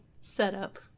setup